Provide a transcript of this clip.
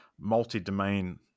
multi-domain